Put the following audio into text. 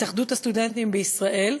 התאחדות הסטודנטים בישראל,